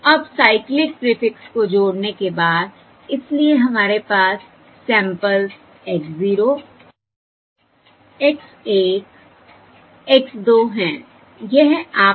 तो अब cyclic prefix को जोड़ने के बाद इसलिए हमारे पास सैंपल्स x 0 x 1 x 2 हैं